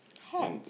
hat